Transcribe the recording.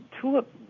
TULIP